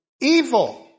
evil